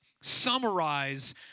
summarize